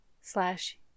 slash